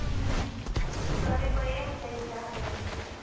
ওচৰতে কৈয়ে আছিলে লিজাহঁতে যাম বুলি